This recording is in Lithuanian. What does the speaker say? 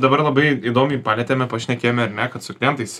dabar labai įdomiai palietėme pašnekėjome ar ne kad su klientais